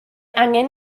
angen